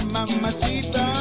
Mamacita